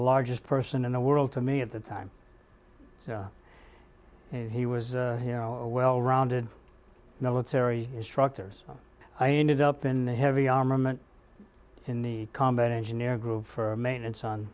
largest person in the world to me at the time and he was you know a well rounded military instructors i ended up in the heavy armor meant in the combat engineer group for maintenance on